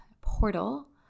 portal